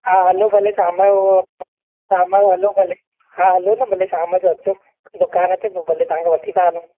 हा हलो भले शाम जो शाम जो हलो भले हा हलो न भले शाम जो अचो दुकान ते पोइ भले तव्हां खे वठी था हलूं